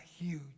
huge